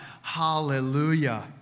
Hallelujah